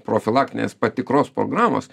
profilaktinės patikros programos